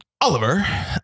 Oliver